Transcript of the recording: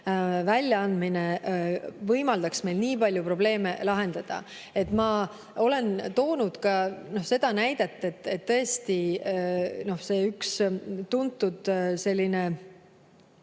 väljaandmine võimaldaks meil nii palju probleeme lahendada. Ma olen toonud seda näidet, et on üks tuntud meem,